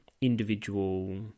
individual